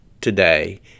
today